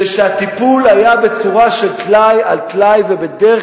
זה שהטיפול היה בצורה של טלאי על טלאי ובדרך